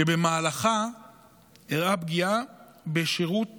ובמהלכה אירעה פגיעה בשירות